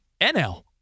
NL